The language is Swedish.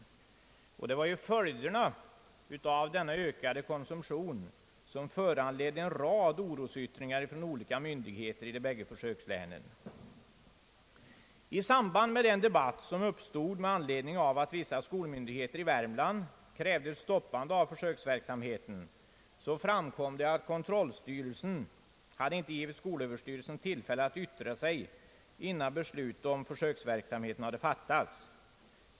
Det var följderna av denna ökade konsumtion som föranledde en rad orosyttringar från olika myndigheter i de båda försökslänen. I samband med den debatt som uppstod med anledning av att vissa skolmyndigheter i Värmland krävde ett stoppande av = försöksverksamheten framkom att kontrollstyrelsen inte givit skolöverstyrelsen tillfälle att yttra sig innan beslutet om försöksverksamheten fattades.